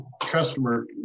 customer